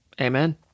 Amen